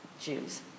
Jews